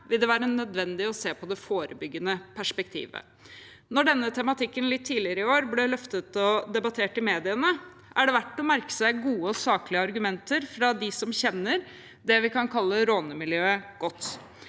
vil være nødvendig å se på det forebyggende perspektivet. Denne tematikken ble litt tidligere i år løftet og debattert i mediene, og det er verdt å merke seg de gode og saklige argumentene som kom fra dem som kjenner godt det vi kan kalle rånemiljøet.